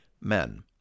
men